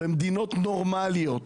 במדינות נורמליות,